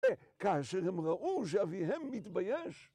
כאשר הם ראו שאביהם מתבייש.